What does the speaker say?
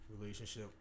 relationship